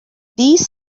these